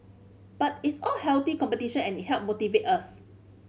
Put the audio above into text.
but it's all healthy competition and it help motivate us